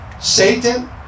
Satan